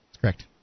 Correct